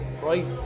right